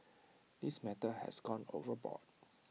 this matter has gone overboard